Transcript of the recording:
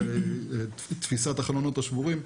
תפיסת החלונות השבורים,